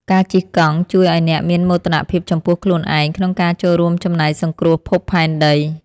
ការជិះកង់ជួយឱ្យអ្នកមានមោទនភាពចំពោះខ្លួនឯងក្នុងការចូលរួមចំណែកសង្គ្រោះភពផែនដី។